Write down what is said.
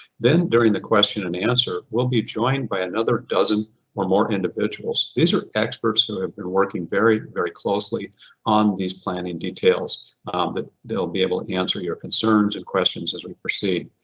then, during the question and answer, we'll be joined by another dozen or more individuals. these are experts who have been working very, very closely on these planning details that they'll be able to answer your concerns and questions as we proceed.